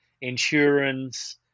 insurance